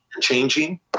changing